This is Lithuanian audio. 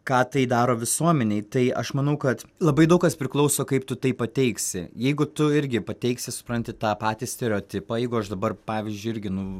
ką tai daro visuomenei tai aš manau kad labai daug kas priklauso kaip tu tai pateiksi jeigu tu irgi pateiksi supranti tą patį stereotipą jeigu aš dabar pavyzdžiui irgi nu